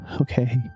okay